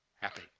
Happy